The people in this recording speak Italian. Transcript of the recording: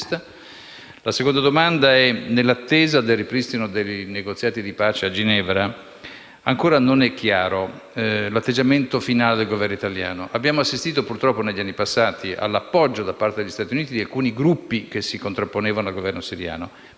alla seconda domanda. Nell'attesa del ripristino dei negoziati di pace a Ginevra, ancora non è chiaro l'atteggiamento finale del Governo italiano. Abbiamo assistito, purtroppo, negli anni passati all'appoggio da parte degli Stati Uniti di alcuni gruppi che si contrapponevano al Governo siriano,